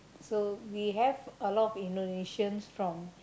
so we have a lot of Indonesians from